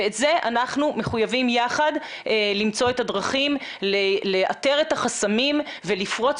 ואת זה אנחנו מחויבים יחד למצוא את הדרכים לאתר את החסמים ולפרוץ